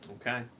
Okay